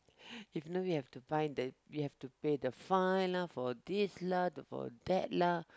if not we have to fine the we have to pay the fine lah for this lah for that lah